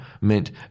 meant